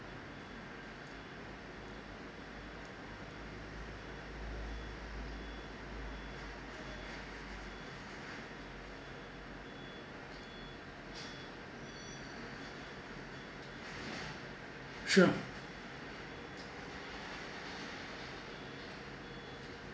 sure